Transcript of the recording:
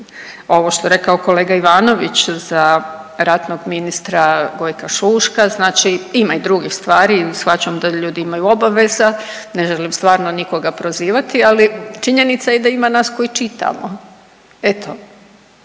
ovo što je rekao kolega Ivanović za ratnog ministra Gojka Šuška, znači ima i drugih stvari, shvaćam da ljudi imaju obaveza, ne želim stvarno nikoga prozivati, ali činjenica je i da ima nas koji čitamo. Eto,